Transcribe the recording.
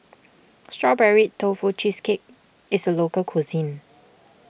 Strawberry Tofu Cheesecake is a local cuisine